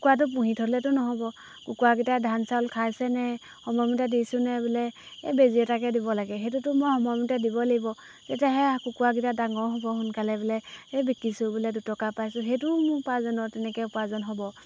কুকুৰাটো পুহি থ'লেতো নহ'ব কুকুৰাকেইটাই ধান চাউল খাইছেনে সময়মতে দিছোঁনে বোলে এই বেজি এটাকে দিব লাগে সেইটোতো মই সময়মতে দিবই লাগিব তেতিয়া সেয়া কুকুৰাকেইটা ডাঙৰ হ'ব সোনকালে বোলে এই বিকিছোঁ বোলে দুটকা পাইছোঁ সেইটোও মোৰ উপাৰ্জনৰ তেনেকৈ উপাৰ্জন হ'ব